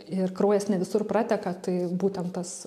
ir kraujas ne visur prateka tai būtent tas